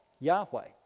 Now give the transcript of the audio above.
Yahweh